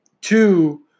Two